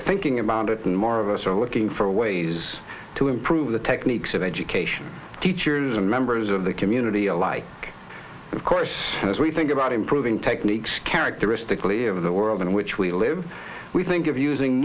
are thinking about it and more of us are looking for ways to improve the techniques of education teachers and members of the community alike of course and as we think about improving techniques characteristically of the world in which we live we think of using